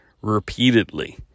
repeatedly